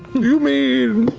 you mean.